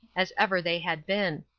as ever they had been.